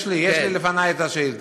יש לי, יש לי לפני את השאילתה.